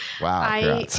Wow